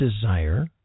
desire